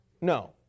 no